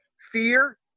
fear